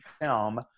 film